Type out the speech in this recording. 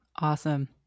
Awesome